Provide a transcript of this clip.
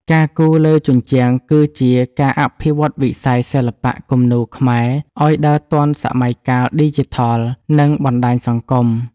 ការគូរលើជញ្ជាំងគឺជាការអភិវឌ្ឍវិស័យសិល្បៈគំនូរខ្មែរឱ្យដើរទាន់សម័យកាលឌីជីថល និងបណ្ដាញសង្គម។